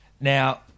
Now